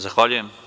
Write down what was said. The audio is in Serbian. Zahvaljujem.